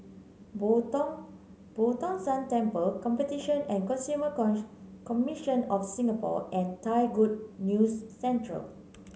Boo Tong Boo Tong San Temple Competition and Consumer Commission of Singapore and Thai Good News Centre